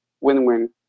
win-win